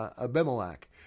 Abimelech